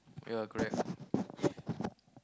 yeah correct